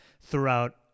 throughout